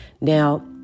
Now